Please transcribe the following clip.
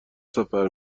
سفر